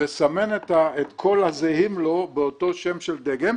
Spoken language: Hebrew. לסמן את כל הזהים לו באותו שם של דגם.